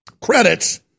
credits